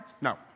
No